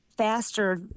faster